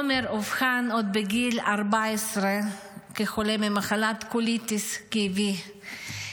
עומר אובחן עוד בגיל 14 כחולה במחלת קוליטיס כיבית,